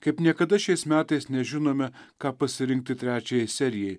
kaip niekada šiais metais nežinome ką pasirinkti trečiajai serijai